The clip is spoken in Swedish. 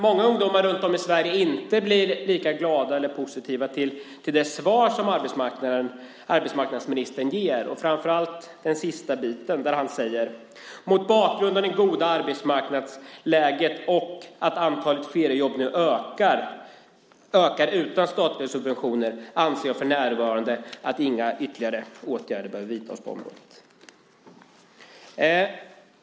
Många ungdomar runt om i Sverige är inte lika glada för eller positiva till det svar som arbetsmarknadsministern ger och framför allt den sista biten där han säger: "Mot bakgrund av det goda arbetsmarknadsläget och att antalet feriejobb nu ökar utan statliga subventioner avser jag för närvarande inte att vidta några åtgärder på området."